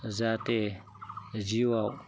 जाहाथे जिउआव